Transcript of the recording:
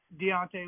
Deontay